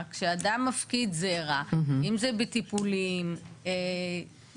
או בצורה אחרת הוא מצווה שישאבו את זרעו ויאפשרו אותו בתרומה,